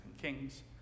Kings